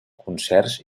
concerts